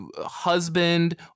Husband